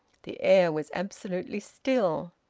the air was absolutely still.